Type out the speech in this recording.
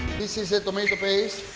this is tomato paste,